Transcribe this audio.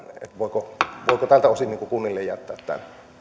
voiko voiko tältä osin kunnille jättää tämän